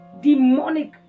demonic